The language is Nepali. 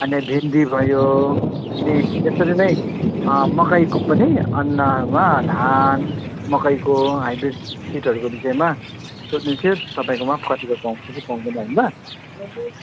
अनि भिन्डी भयो सिड त्यसरी नै मकैको पनि अन्नमा धान मकैको हाइब्रिड सिडहरूको विषयमा सोध्नु थियो तपाईँकोमा पो कतिको पाउँछ कि पाउँदैन होइन